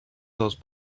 those